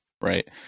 right